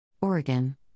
Oregon